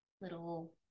little